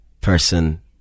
person